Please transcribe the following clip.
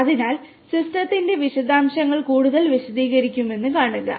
അതിനാൽ സിസ്റ്റത്തിന്റെ വിശദാംശങ്ങൾ കൂടുതൽ വിശദീകരിക്കുമെന്ന് കാണുക